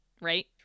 right